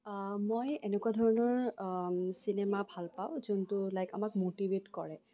মই এনেকুৱাধৰণৰ চিনেমা ভাল পাওঁ যোনটো লাইক আমাক মটিভেট কৰে